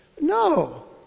No